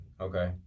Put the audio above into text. Okay